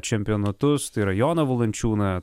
čempionatus tai yra joną valančiūną